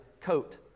coat